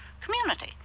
community